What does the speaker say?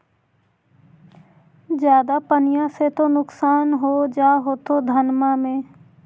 ज्यादा पनिया से तो नुक्सान हो जा होतो धनमा में?